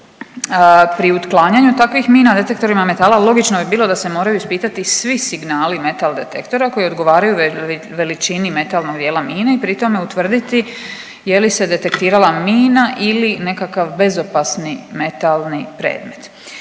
Pri otklanjanju takvih mina detektorima metala, logično bi bilo da se moraju ispitati svi signali metal-detektora koji odgovaraju veličini metalnog dijela mine i pri tome utvrditi je li se detektirala mina ili nekakav bezopasni metalni predmet.